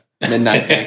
midnight